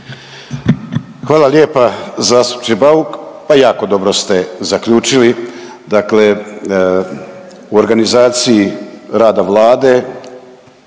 Hvala lijepa zastupniče Bauk. Pa jako dobro ste zaključili. Dakle, u organizaciji rada Vlade